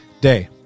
day